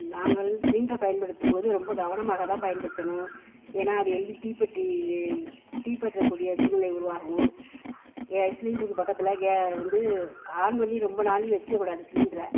நாங்கள் சிலிண்டரை பயன்படுத்தும் போது ரொம்ப கவனமாக தான் பயன்படுத்தணும் ஏன்னால் அது எளிதில் தீப்பற்றி தீப்பற்றக்கூடிய சூழ்நிலை உருவாகும் ஏ சிலிண்டருக்கு பக்கத்தில் கே வந்து ஆன் பண்ணி ரொம்ப நாழி வெச்சுக்கக்கூடாது சிலிண்ட்ரை